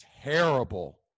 terrible